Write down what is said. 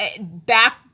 back